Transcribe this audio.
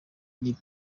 iri